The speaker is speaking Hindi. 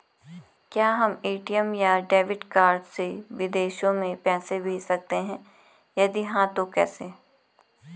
क्या हम ए.टी.एम या डेबिट कार्ड से विदेशों में पैसे भेज सकते हैं यदि हाँ तो कैसे?